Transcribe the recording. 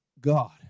God